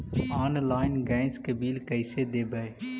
Online gas के bill कैसे देबै?